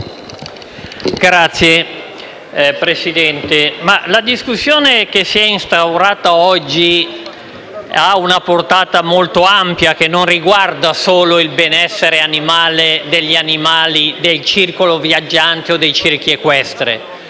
Signor Presidente, la discussione che si è instaurata oggi ha una portata molto ampia e non riguarda solo il benessere degli animali dei circhi viaggianti e dei circhi equestri.